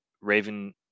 Raven